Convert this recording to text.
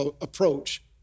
approach